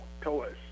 toys